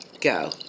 Go